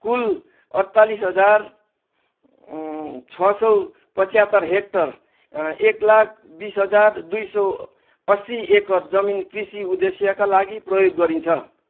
कुल अठचालिस हजार अँ छ सौ पचहत्तर हेक्टर अँ एक लाख बिस हजार दुई सौ असी एकड जमिन कृषि उद्देश्यका लागि प्रयोग गरिन्छ